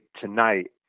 tonight